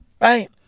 Right